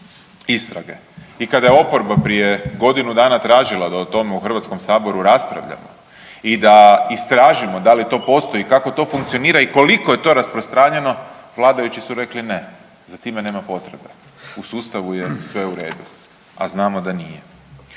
i kada je oporba prije godinu dana tražila da o tome u Hrvatskom saboru raspravljamo i da istražimo da li to postoji i kako to funkcionira i koliko je to rasprostranjeno, vladajući su rekli ne, za time nema potrebe. U sustavu je sve u redu, a znamo da nije.